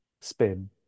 spin